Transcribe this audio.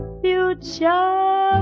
future